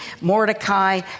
Mordecai